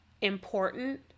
important